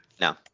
No